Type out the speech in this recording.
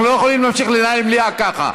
אנחנו לא יכולים להמשיך לנהל מליאה ככה.